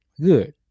good